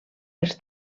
els